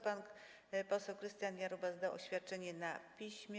Pan poseł Krystian Jarubas dał oświadczenie na piśmie.